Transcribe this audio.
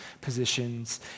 positions